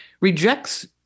rejects